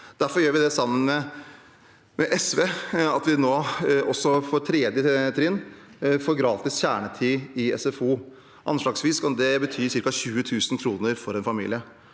Derfor gjør vi, sammen med SV, at også 3. trinn nå får gratis kjernetid i SFO. Anslagsvis kan det bety ca. 20 000 kr for en familie.